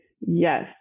Yes